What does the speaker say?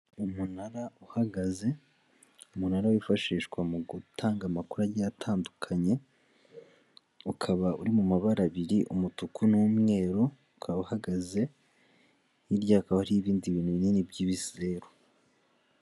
Umunara uhagaze umunara wifashishwa mu gutanga amakuru agiye atandukanye ukaba uri mu mabara abiri umutuku n'umweru ukaba uhagaze hirya hakaba hariho ibindi bintu binini by'ibizeru.